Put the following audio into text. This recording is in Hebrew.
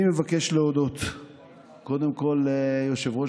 אני מבקש להודות קודם כול ליושב-ראש